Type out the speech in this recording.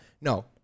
no